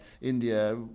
India